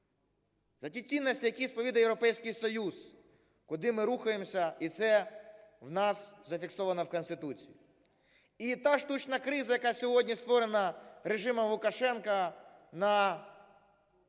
за ті цінності, які сповідує Європейський Союз, куди ми рухаємося і це в нас зафіксовано в Конституції. І та штучна криза, яка сьогодні створена режимом Лукашенка на